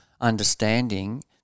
understanding